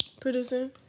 Producing